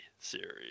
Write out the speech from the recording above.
series